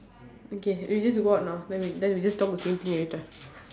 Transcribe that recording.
okay we just go out now then we then we just talk the same thing later